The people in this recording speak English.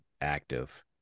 active